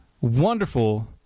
wonderful